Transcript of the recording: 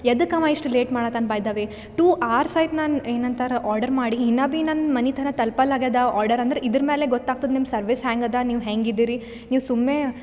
ಎದುಕ್ಕವ ಇಷ್ಟು ಲೇಟ್ ಮಾಡಹತನ by the way two hours ಆಯ್ತು ನ ಏನಂತರ ಆರ್ಡರ್ ಮಾಡಿ ಇನ್ನು ಬಿ ನನ್ನ ಮನೆತರ ತಲ್ಪಲು ಆಗ್ಯದ ಆರ್ಡರ್ ಅಂದ್ರೆ ಇದ್ರ ಮೇಲೆ ಗೊತ್ತಾಗ್ತದೆ ನಿಮ್ಮ ಸರ್ವಿಸ್ ಹೆಂಗ್ ಅದ ನೀವು ಹೆಂಗೆ ಇದೀರಿ ನೀವು ಸುಮ್ನೆ